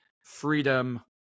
freedom